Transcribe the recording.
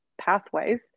pathways